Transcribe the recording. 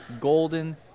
golden